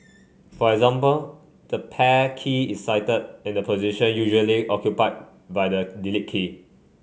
for example the Pair key is sited in the position usually occupied by the Delete key